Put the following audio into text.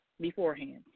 beforehand